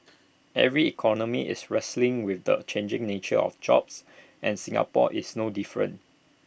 every economy is wrestling with the changing nature of jobs and Singapore is no different